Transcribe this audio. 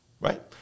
right